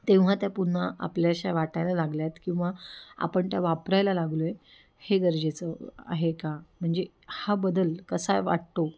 तेव्हा त्या पुन्हा आपल्याशा वाटायला लागल्या आहेत किंवा आपण त्या वापरायला लागलो आहे हे गरजेचं आहे का म्हणजे हा बदल कसा आहे वाटतो